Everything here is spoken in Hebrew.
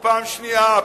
ופעם שנייה,